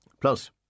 Plus